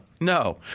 no